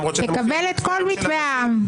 תקבל את כל מתווה העם.